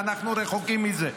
ואנחנו רחוקים מזה.